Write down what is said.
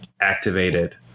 activated